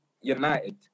United